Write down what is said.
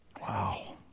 Wow